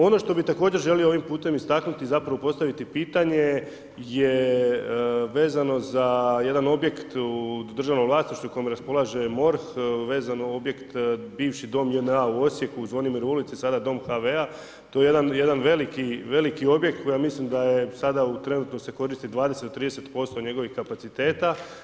Ono što bi također želio ovim putem istaknuti i zapravo postaviti pitanje, je vezano za jedan objekt u državnom vlasništvu, kom raspolaže MORH vezano objekt bivši dom JNA u Osijek, u Zvonimirovoj ulici, sada dom HV-a, to je jedan veliki objekt, koji ja mislim, da je, sada trenutno se koristi 20-30% njegovog kapaciteta.